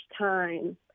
time